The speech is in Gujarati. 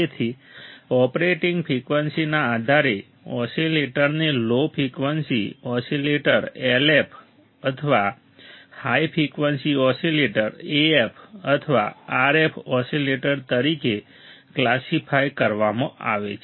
તેથી ઓપરેટિંગ ફ્રિક્વન્સીના આધારે ઓસિલેટરને લો ફ્રિકવન્સી ઓસિલેટર LF અથવા હાઈ ફ્રિકવન્સી ઓસિલેટર AF અથવા RF ઓસિલેટર તરીકે ક્લાસિફાય કરવામાં આવે છે